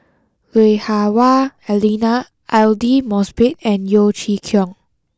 Lui Hah Wah Elena Aidli Mosbit and Yeo Chee Kiong